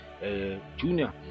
Junior